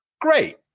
great